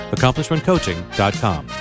AccomplishmentCoaching.com